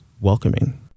welcoming